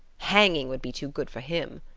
hanging would be too good for him.